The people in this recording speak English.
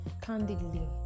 candidly